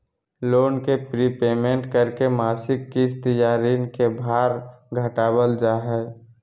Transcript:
loan के prepayment करके मासिक किस्त या ऋण के भार घटावल जा हय